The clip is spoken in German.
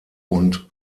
und